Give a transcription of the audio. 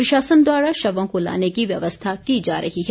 प्रशासन द्वारा शवों को लाने की व्यवस्था की जा रही है